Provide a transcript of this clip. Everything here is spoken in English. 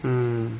mm